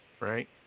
right